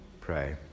pray